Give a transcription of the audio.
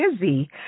busy